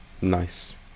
nice